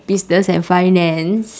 business and finance